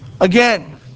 Again